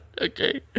okay